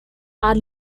are